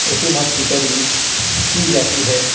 رسومات کی پیروی کی جاتی ہے